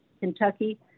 Kentucky